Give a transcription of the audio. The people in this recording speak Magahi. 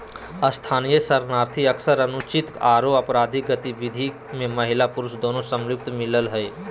स्थानीय शरणार्थी अक्सर अनुचित आरो अपराधिक गतिविधि में महिला पुरुष दोनों संलिप्त मिल हई